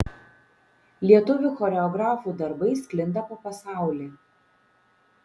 lietuvių choreografų darbai sklinda po pasaulį